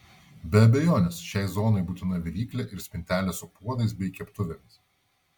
be abejonės šiai zonai būtina viryklė ir spintelė su puodais bei keptuvėmis